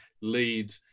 lead